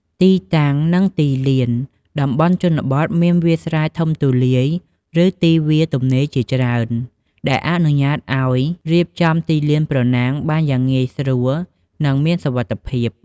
ទីតាំង និងទីលាន តំបន់ជនបទមានវាលស្រែធំទូលាយ ឬទីវាលទំនេរជាច្រើន ដែលអនុញ្ញាតឱ្យរៀបចំទីលានប្រណាំងបានយ៉ាងងាយស្រួល និងមានសុវត្ថិភាព។